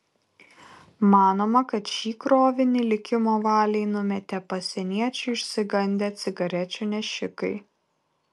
manoma kad šį krovinį likimo valiai numetė pasieniečių išsigandę cigarečių nešikai